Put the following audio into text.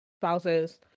spouses